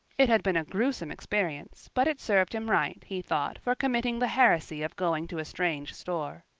it had been a gruesome experience, but it served him right, he thought, for committing the heresy of going to a strange store.